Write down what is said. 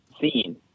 seen